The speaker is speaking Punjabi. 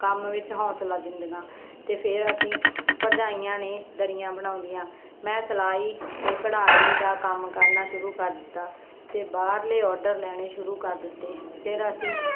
ਕੰਮ ਵਿੱਚ ਹੌਂਸਲਾ ਦਿੰਦੀਆਂ ਅਤੇ ਫੇਰ ਅਸੀਂ ਭਰਜਾਈਆਂ ਨੇ ਦਰੀਆਂ ਬਣਾਉਂਦੀਆਂ ਮੈਂ ਸਿਲਾਈ ਅਤੇ ਕਢਾਈ ਦਾ ਕੰਮ ਕਰਨਾ ਸ਼ੁਰੂ ਕਰ ਦਿੱਤਾ ਅਤੇ ਬਾਹਰਲੇ ਓਰਡਰ ਲੈਣੇ ਸ਼ੁਰੂ ਕਰ ਦਿੱਤੇ ਫੇਰ ਅਸੀਂ